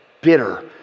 bitter